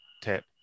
tap